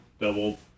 double –